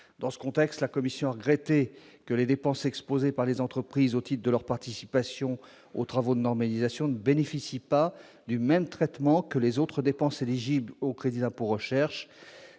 Dans ce contexte, la commission susvisée a regretté que les dépenses exposées par les entreprises au titre de leur participation aux travaux de normalisation ne bénéficient pas du même traitement que les autres dépenses éligibles au CIR. Cette